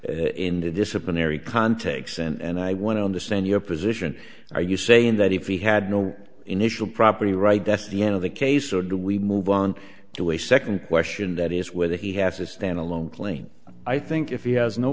in the disciplinary context and i want to understand your position are you saying that if he had no initial property right that's the end of the case or do we move on to a second question that is whether he has a stand alone claim i think if he has no